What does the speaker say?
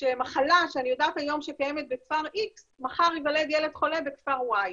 שמחלה שאני יודעת היום שקיימת בכפר X מחר ייוולד ילד חולה בכפר Y,